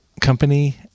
company